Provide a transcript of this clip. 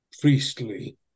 priestly